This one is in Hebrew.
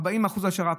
40% על שר"פ.